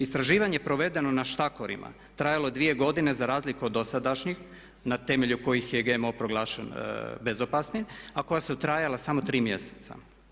Istraživanje provedeno na štakorima trajalo je 2 godine za razliku od dosadašnjih na temelju kojih je GMO proglašen bezopasnim a koja su trajala samo 3 mjeseca.